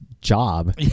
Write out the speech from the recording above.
job